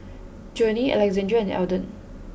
Journey Alexandria and Elden